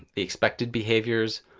the expected behaviors,